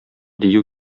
дию